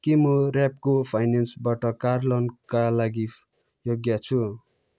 के म रेप्को फाइनेन्सबाट कार लोनका लागि योग्य छु